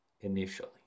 initially